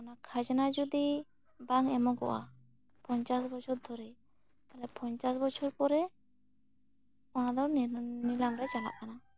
ᱚᱱᱟ ᱠᱷᱟᱡᱽᱱᱟ ᱡᱩᱫᱤ ᱵᱟᱝ ᱮᱢᱚᱜᱚᱜᱼᱟ ᱯᱚᱧᱪᱟᱥ ᱵᱚᱪᱷᱚᱨ ᱫᱷᱚᱨᱮ ᱛᱟᱦᱚᱞᱮ ᱯᱚᱧᱪᱟᱥ ᱵᱚᱪᱷᱚᱨ ᱯᱚᱨᱮ ᱚᱱᱟ ᱫᱚ ᱱᱤ ᱱᱤᱞᱟᱢ ᱨᱮ ᱪᱟᱞᱟᱜ ᱠᱟᱱᱟ